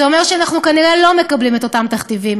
זה אומר שאנחנו כנראה לא מקבלים את אותם תכתיבים.